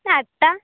ᱟᱴᱼᱴᱟ